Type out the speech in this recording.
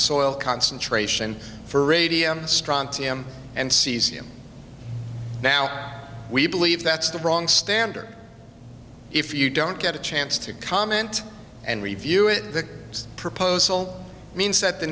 soil concentration for radio strontium and cesium now we believe that's the wrong standard if you don't get a chance to comment and review it the proposal means that the